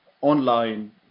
online